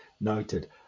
noted